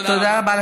תודה רבה.